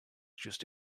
just